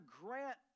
grant